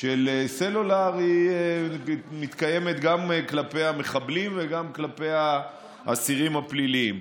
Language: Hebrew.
של סלולר מתקיימת גם כלפי המחבלים וגם כלפי האסירים הפליליים.